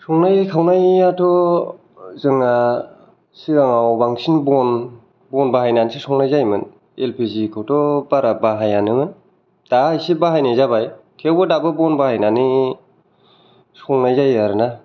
संनाय खावनायाथ' जोंहा चिराङाव बांसिन बन बन बाहायनासो संनाय जायोमोन एल पि जिखौथ' बारा बाहायानो दा एसे बाहायनाय जाबाय थेवबो दाबो बन बाहायनानै संनाय जायो आरो ना